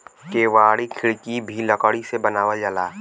केवाड़ी खिड़की भी लकड़ी से बनावल जाला